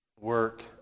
work